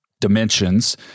Dimensions